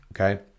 okay